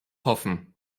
hoffen